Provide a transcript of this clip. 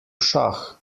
šah